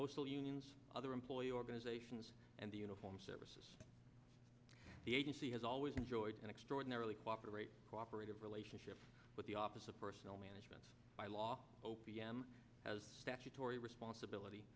postal unions other employee organizations and the uniformed services the agency has always enjoyed an extraordinarily cooperate cooperative relationship with the office of personnel management by law o p m has statutory responsibility